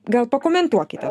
gal pakomentuokite